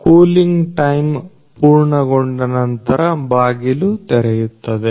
cooling time ಪೂರ್ಣಗೊಂಡನಂತರ ಬಾಗಿಲು ತೆರೆಯುತ್ತದೆ